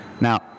now